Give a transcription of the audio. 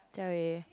Jia-wei